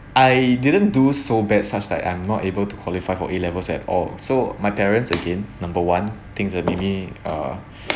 I didn't do so bad such that I'm not able to qualify for A levels at all so my parents again number one thinks I uh